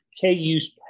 KU's